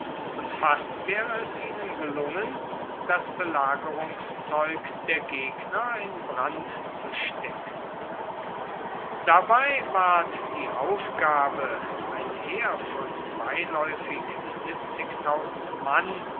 und fast wäre es ihnen gelungen das belagerungszeug der gegner in brand zu stecken dabei ward die aufgabe ein heer von beiläufig mann